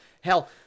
Hell